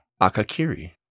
Akakiri